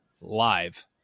live